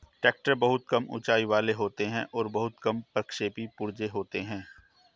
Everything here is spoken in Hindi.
ट्रेक्टर बहुत कम ऊँचाई वाले होते हैं और बहुत कम प्रक्षेपी पुर्जे होते हैं